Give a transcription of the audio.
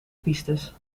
pistes